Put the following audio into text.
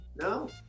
No